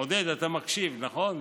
עודד, אתה מקשיב, נכון?